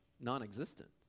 non-existent